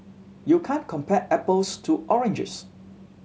you can't compare apples to oranges